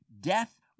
death